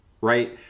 right